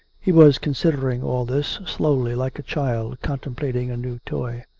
he was considering all this, slowly, like a child contem plating a new toy.